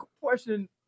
question